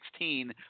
2016